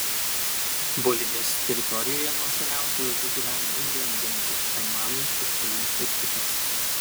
bolivijos teritorijoje nuo seniausių laikų gyveno indėnų gentys aimanai kečujai ir kitos